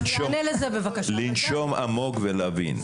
לנשום עמוק ולהבין.